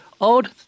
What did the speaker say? old